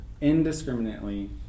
indiscriminately